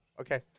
Okay